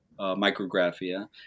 Micrographia